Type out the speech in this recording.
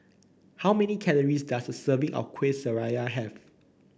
how many calories does a serving of Kuih Syara have